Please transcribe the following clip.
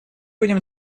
будем